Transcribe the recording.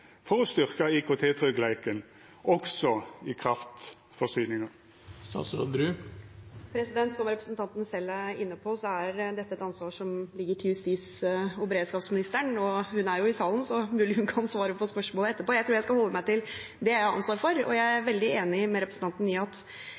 for å styrkja IKT-tryggleiken også i kraftforsyninga? Som representanten selv er inne på, er dette et ansvar som ligger til justis- og beredskapsministeren, og hun er jo i salen, så det er mulig hun kan svare på spørsmålet etterpå. Jeg tror jeg skal holde meg til det jeg har ansvaret for. Jeg er